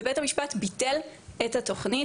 ובית המשפט ביטל את התוכנית,